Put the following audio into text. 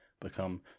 become